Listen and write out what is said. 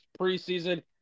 preseason